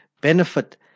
benefit